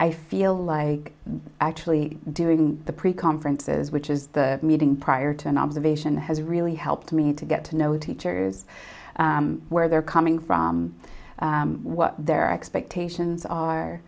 i feel like actually doing the pre conferences which is the meeting prior to an observation has really helped me to get to know teachers where they're coming from what their expectations are